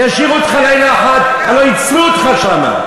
הלוא יצלו אותך שם.